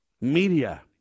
media